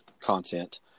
content